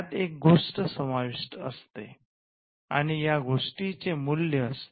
त्यात एक गोष्ट समाविष्ट असते आणि या गोष्टीचे मूल्य असते